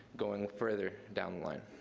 going further down the line.